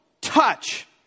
touch